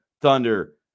thunder